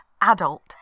adult